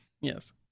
Yes